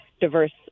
diverse